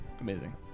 Amazing